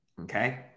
Okay